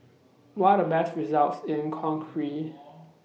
What Are The Best results in Conakry